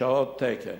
שעות תקן.